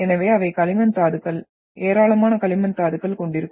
எனவே அவை களிமண் தாதுக்கள் ஏராளமான களிமண் தாதுக்கள் கொண்டிருக்கும்